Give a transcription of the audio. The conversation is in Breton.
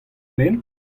benn